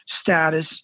status